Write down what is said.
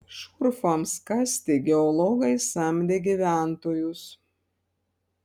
šurfams kasti geologai samdė gyventojus